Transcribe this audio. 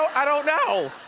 i don't know.